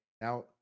now